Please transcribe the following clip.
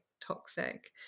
toxic